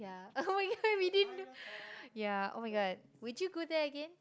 ya oh-my-god we didn't do ya oh-my-god would you go there again